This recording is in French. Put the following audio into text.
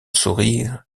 sourire